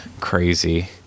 crazy